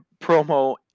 promo